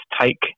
take